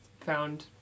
found